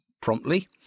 promptly